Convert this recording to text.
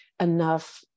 enough